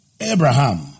Abraham